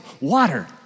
water